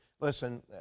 Listen